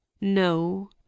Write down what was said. no